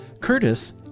curtis